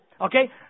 Okay